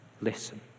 listen